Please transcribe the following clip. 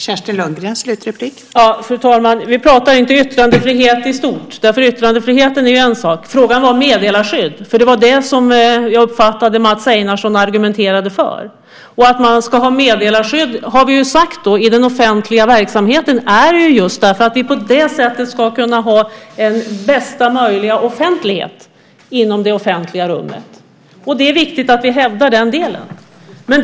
Fru talman! Vi pratar nu inte om yttrandefrihet i stort. Yttrandefrihet är en sak. Frågan gällde meddelarskydd. Det var det jag uppfattade att Mats Einarsson argumenterade för. Att man ska ha meddelarskydd i den offentliga verksamheten har vi sagt är just därför att vi på det sättet ska kunna ha bästa möjliga offentlighet inom det offentliga rummet. Det är viktigt att vi hävdar den delen.